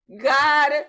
god